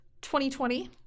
2020